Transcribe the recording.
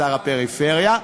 שר הפריפריה.